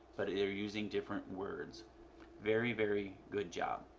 but they are using different word very very good job.